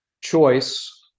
choice